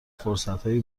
فرصتهای